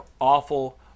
awful